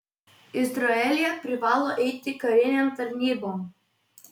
izraelyje privalo eiti karinėn tarnybon